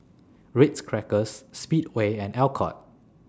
Ritz Crackers Speedway and Alcott